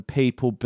people